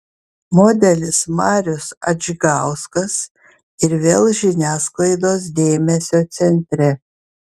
modelis marius adžgauskas ir vėl žiniasklaidos dėmesio centre